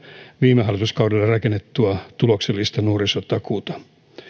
viime hallituskaudella rakennettua tuloksellista nuorisotakuuta